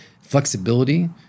flexibility